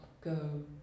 go